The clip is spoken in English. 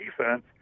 defense